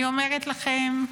אני אומרת לכם,